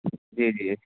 جی جی